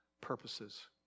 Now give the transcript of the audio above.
purposes